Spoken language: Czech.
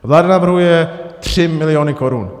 Vláda navrhuje 3 miliony korun.